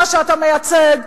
מה שאתה מייצג,